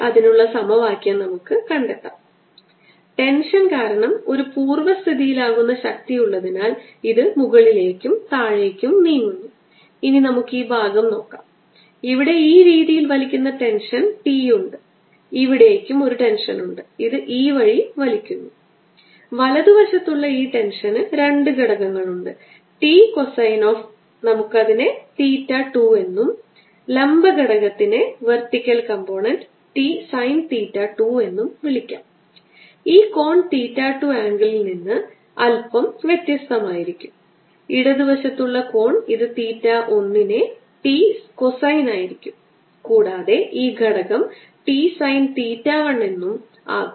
അതിനാൽ നമുക്ക് A യുടെ വ്യതിചലനം എടുക്കാം അത് x unit vector partial respect to z dotted 2 alpha x x plus beta y y minus 3 gamma z z തുല്യമാണ് പാർഷ്യൽ ഡെറിവേറ്റീവുകൾ എടുക്കുന്നതിന് റെസ്പെക്ട് ടു x ഘടകത്തിന്റെ x മായി മാത്രം